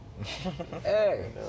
Hey